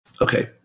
okay